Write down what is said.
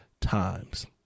times